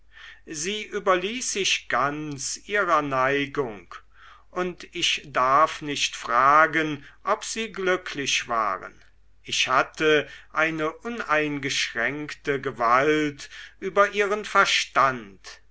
sie überließ sich ganz ihrer neigung und ich darf nicht fragen ob sie glücklich waren ich hatte eine uneingeschränkte gewalt über ihren verstand